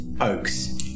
Oaks